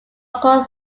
local